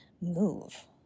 move